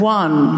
one